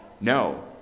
No